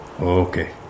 Okay